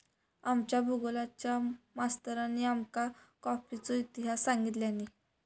आमच्या भुगोलच्या मास्तरानी आमका कॉफीचो इतिहास सांगितल्यानी